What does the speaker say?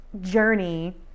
journey